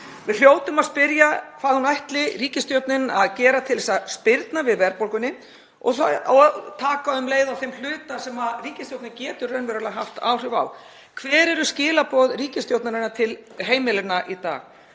Við hljótum að spyrja hvað ríkisstjórnin ætli að gera til að spyrna við verðbólgunni og taka um leið á þeim hluta sem ríkisstjórnin getur raunverulega haft áhrif á. Hver eru skilaboð ríkisstjórnarinnar til heimilanna í dag?